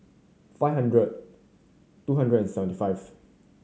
five hundred two hundred and seventy five